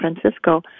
Francisco